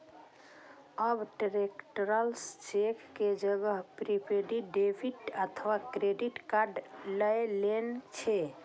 आब travellers cheque के जगह प्रीपेड डेबिट अथवा क्रेडिट कार्ड लए लेने छै